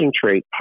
concentrate